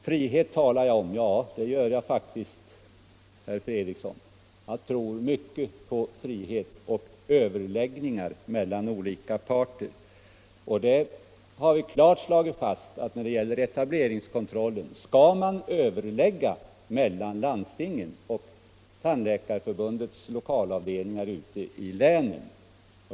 Frihet talar jag faktiskt om, herr Fredriksson. Jag tror mycket på frihet och överläggningar mellan olika parter. Vi har klart slagit fast att när det gäller etableringskontrollen skall det vara överläggningar mellan landstingen och Tandläkarförbundets lokalavdelningar ute i länen.